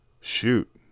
shoot